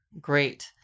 Great